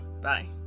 bye